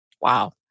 wow